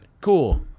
Cool